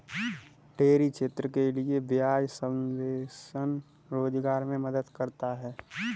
dairy क्षेत्र के लिये ब्याज सबवेंशन रोजगार मे मदद करता है